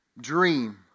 dream